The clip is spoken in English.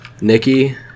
Nikki